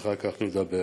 אחר כך נדבר.